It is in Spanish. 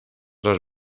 dos